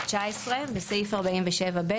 (19) בסעיף 47(ב),